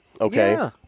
Okay